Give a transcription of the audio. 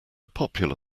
popular